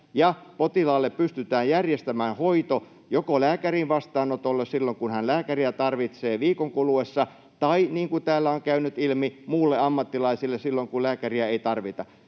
potilaalle pystytään järjestämään viikon kuluessa hoito joko lääkärin vastaanotolle silloin, kun hän lääkäriä tarvitsee, tai niin kuin täällä on käynyt ilmi, muulle ammattilaiselle silloin, kun lääkäriä ei tarvita.